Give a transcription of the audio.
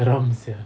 seram sia